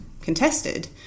contested